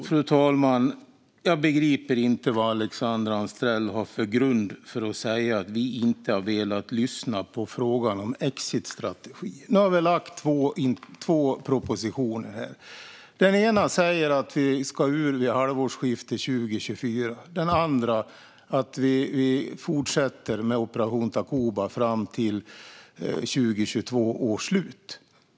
Fru talman! Jag begriper inte vad Alexandra Anstrell har för grund för att säga att vi inte har velat lyssna på frågan om exitstrategin. Nu har vi lagt fram två propositioner. Den ena säger att vi ska ut vid halvårsskiftet 2024, den andra att vi fortsätter med Operation Takuba fram till 2022 års slut.